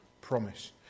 promise